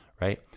right